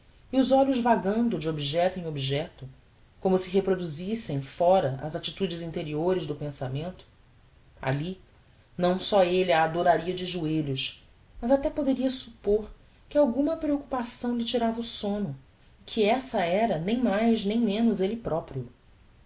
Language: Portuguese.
e os olhos vagando de objecto em objecto como se reproduzissem fóra as attitudes interiores do pensamento alli não só elle a adoraria de joelhos mas até poderia suppor que alguma preoccupação lhe tirava o somno e que essa era nem mais nem menos elle proprio